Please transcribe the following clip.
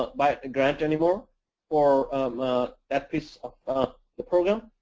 but but grant anymore or that piece of the program.